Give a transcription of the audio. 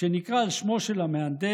שנקרא על שמו של המהנדס